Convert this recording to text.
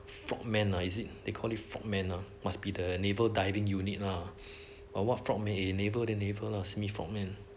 frog men lah is it they call it frog men lah must be the naval diving unit lah but what frog men eh naval then naval lah simi frog men